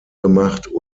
gemacht